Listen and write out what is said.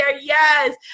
yes